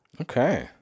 Okay